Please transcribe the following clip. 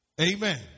Amen